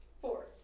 four